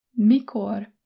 Mikor